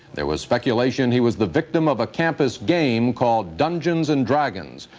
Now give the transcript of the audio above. there was speculation he was the victim of a campus game called dungeons and dragons,